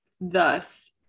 thus